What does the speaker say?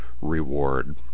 reward